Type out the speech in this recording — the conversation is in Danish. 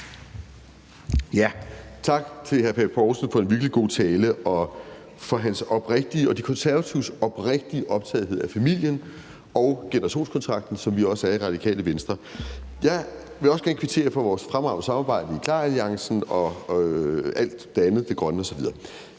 Tak til hr. Søren Pape Poulsen for en virkelig god tale og for hans oprigtige og De Konservatives oprigtige optagethed af familien og generationskontrakten, som vi også er optaget af i Radikale Venstre. Jeg vil også gerne kvittere for vores fremragende samarbejde i KLAR-alliancen og alt det andet – det grønne osv.